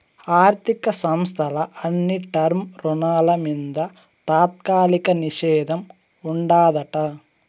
ఆర్థిక సంస్థల అన్ని టర్మ్ రుణాల మింద తాత్కాలిక నిషేధం ఉండాదట